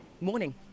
Morning